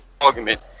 argument